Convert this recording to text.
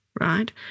right